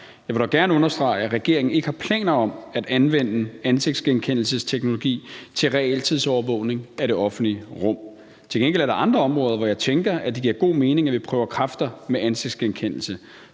Jeg vil dog gerne understrege, at regeringen ikke har planer om at anvende ansigtsgenkendelsesteknologi til realtidsovervågning af det offentlige rum. Til gengæld er der andre områder, hvor jeg tænker, at det giver god mening, at vi prøver kræfter med ansigtsgenkendelse.